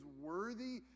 worthy